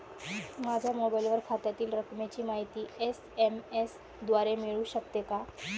माझ्या मोबाईलवर खात्यातील रकमेची माहिती एस.एम.एस द्वारे मिळू शकते का?